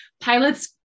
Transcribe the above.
pilots